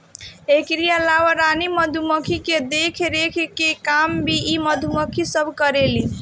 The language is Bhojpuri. एकरी अलावा रानी मधुमक्खी के देखरेख के काम भी इ मधुमक्खी सब करेली